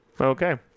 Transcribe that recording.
Okay